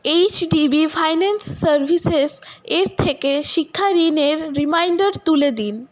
HDB finance সার্ভিসেসের থেকে শিক্ষা ঋণের রিমাইন্ডার তুলে দিন